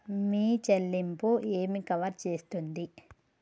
మీ చెల్లింపు ఏమి కవర్ చేస్తుంది?